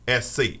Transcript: SC